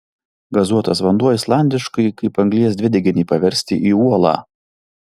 gazuotas vanduo islandiškai kaip anglies dvideginį paversti į uolą